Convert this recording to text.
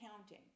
counting